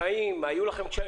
היו לכם קשיים?